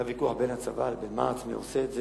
היה ויכוח בין הצבא לבין מע"צ מי עושה את זה,